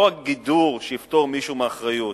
לא רק גידור שיפטור מישהו מהאחריות,